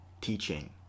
teaching